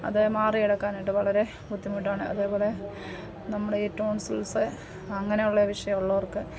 അത് മാറിയെടുക്കാനായിട്ട് വളരെ ബുദ്ധിമുട്ടാണ് അതേപോലെ നമ്മുടെ ഈ ടോൺസിൽസ്സ് അങ്ങനെയുള്ള വിഷയമുള്ളവർക്ക്